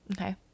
okay